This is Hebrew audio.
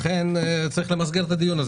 לכן צריך למסגר את הדיון.